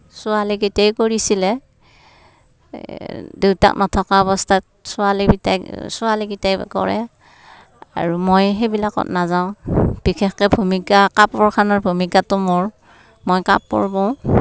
ছোৱালীকেইটায়ে কৰিছিলে দেউতাক নথকা অৱস্থাত ছোৱালীকেইটাক ছোৱালীকেইটায়ে কৰে আৰু মই সেইবিলাকত নাযাওঁ বিশেষকৈ ভূমিকা কাপোৰখনৰ ভূমিকাটো মোৰ মই কাপোৰ বওঁ